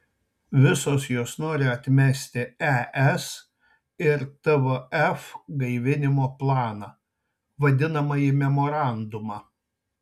visos jos nori atmesti es ir tvf gaivinimo planą vadinamąjį memorandumą